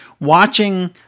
watching